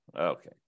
okay